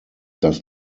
does